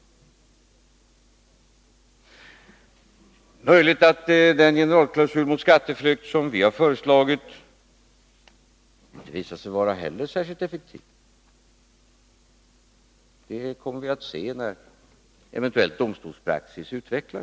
Det är möjligt att den generalklausul om skatteflykt som vi har föreslagit inte heller visar sig vara särskilt effektiv. Det kommer vi att se när eventuell domstolspraxis utvecklas.